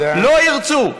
לא ירצו.